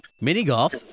Mini-golf